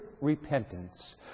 repentance